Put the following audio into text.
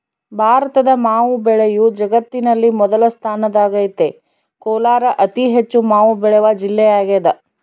ಭಾರತದ ಮಾವು ಬೆಳೆಯು ಜಗತ್ತಿನಲ್ಲಿ ಮೊದಲ ಸ್ಥಾನದಾಗೈತೆ ಕೋಲಾರ ಅತಿಹೆಚ್ಚು ಮಾವು ಬೆಳೆವ ಜಿಲ್ಲೆಯಾಗದ